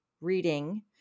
reading